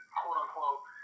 quote-unquote